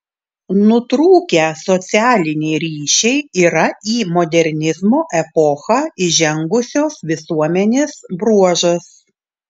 nutrūkę socialiniai ryšiai yra į modernizmo epochą įžengusios visuomenės bruožas